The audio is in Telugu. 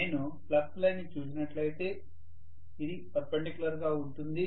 నేను ఫ్లక్స్ లైన్ ని చూసినట్లయితే అది పర్పెండిక్యూలర్ గా ఉంటుంది